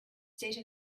state